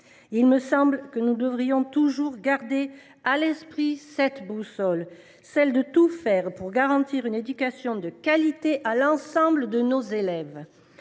Il me semble que nous devrions toujours garder à l’esprit cette boussole : tout faire pour garantir une éducation de qualité à l’ensemble de nos élèves.